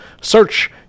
Search